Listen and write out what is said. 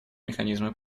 механизмы